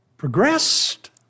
progressed